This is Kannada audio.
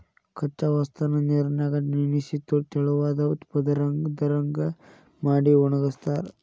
ಕಚ್ಚಾ ವಸ್ತುನ ನೇರಿನ್ಯಾಗ ನೆನಿಸಿ ತೆಳುವಾದ ಪದರದಂಗ ಮಾಡಿ ಒಣಗಸ್ತಾರ